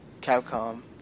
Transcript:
Capcom